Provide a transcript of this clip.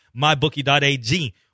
mybookie.ag